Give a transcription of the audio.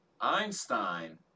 Einstein